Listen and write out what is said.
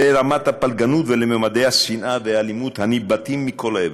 לרמת הפלגנות ולממדי השנאה והאלימות הניבטים מכל עבר.